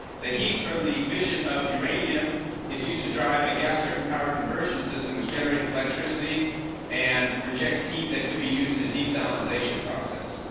the heat from the fission of uranium is used to drive a gas driven power conversion system which generates electricity and rejects heat that could be used in a desalinization process.